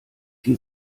die